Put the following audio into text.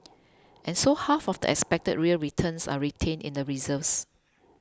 and so half of the expected real returns are retained in the reserves